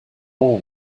all